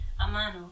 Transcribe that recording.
Amano